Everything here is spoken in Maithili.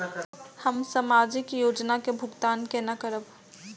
हम सामाजिक योजना के भुगतान केना करब?